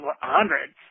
hundreds